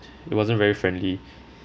it wasn't very friendly